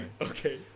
okay